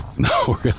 No